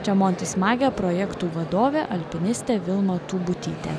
čia montis magija projektų vadovė alpinistė vilma tūbutytė